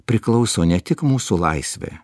priklauso ne tik mūsų laisvė